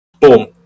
Boom